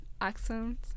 accent